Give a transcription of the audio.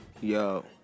Yo